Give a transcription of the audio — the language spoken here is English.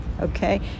okay